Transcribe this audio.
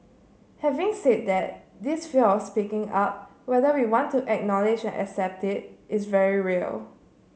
having said that this fear of speaking up whether we want to acknowledge and accept it is very real